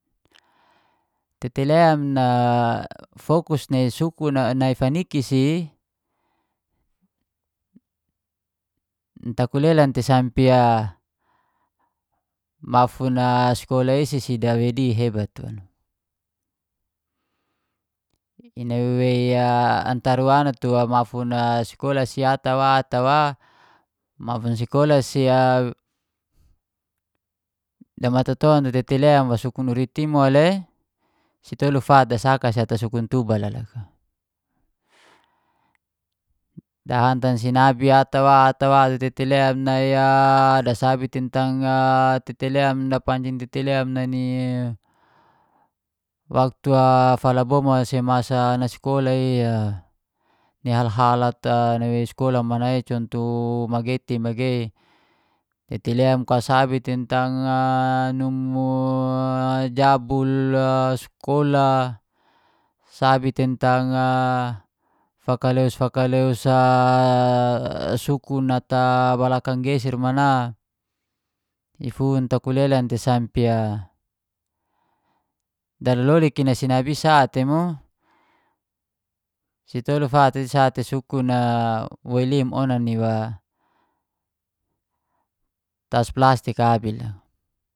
Tete lem nafokus na sukun a, nai faniki si takulelan te sampe mahun sakola isi dawei di hebat waluk. Inanawei a antara urana tua mahun ata wa ata wa mahun sekola si damatoton tete lem wo sukun uriti i mole, si tolu fat dasaka ata sukun tubal la loka. Dahantam sinabi ata wa ata wa tua tete lem nai dasabi tentang a tetet lem dapancing tete lem nai nini waktu a falaboma si mana nasekola i, ni hal-hal ata nawei sekola mana ia conto magei ti magei. Tete lem kasabi tentang numu jabul, sekola, sabi tentang fakaleus-fakaleus sukun ata balakang geser mana, ifun takulelan tei sampe a dalolik i sinabi i sate mo si tolu, fat i sate sukun a woi lim, onan ni wa tas plastik abi lo